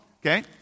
Okay